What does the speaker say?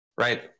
Right